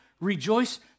rejoice